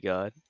God